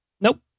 Nope